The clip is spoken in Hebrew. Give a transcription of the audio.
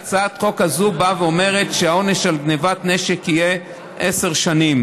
הצעת החוק הזאת באה ואומרת שהעונש על גנבת נשק יהיה עשר שנים.